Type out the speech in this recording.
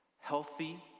Healthy